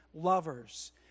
lovers